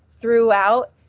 throughout